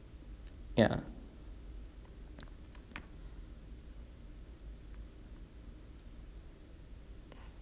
ya